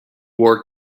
wore